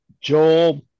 Joel